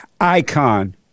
icon